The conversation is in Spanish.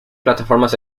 plataformas